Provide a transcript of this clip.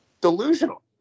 Delusional